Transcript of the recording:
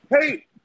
hey